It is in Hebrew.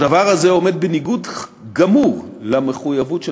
הדבר הזה עומד בניגוד גמור למחויבות של